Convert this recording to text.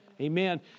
Amen